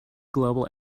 global